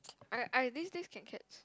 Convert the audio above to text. okay I this this can catch